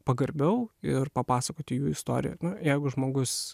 pagarbiau ir papasakoti jų istoriją jeigu žmogus